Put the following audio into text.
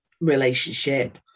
relationship